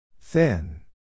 Thin